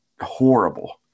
horrible